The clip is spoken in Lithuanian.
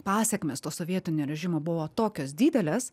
pasekmės to sovietinio režimo buvo tokios didelės